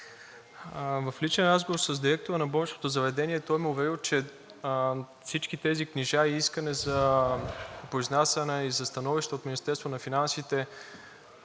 в личен разговор с директора на болничното заведение той ме е уверил, че всички тези книжа и искане за произнасяне, за становище от Министерството на финансите